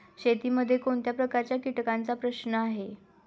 शेतीमध्ये कोणत्या प्रकारच्या कीटकांचा प्रश्न आहे?